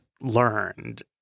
learned –